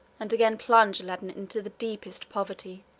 and again plunge aladdin into the deepest poverty.